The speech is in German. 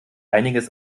einiges